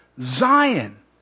Zion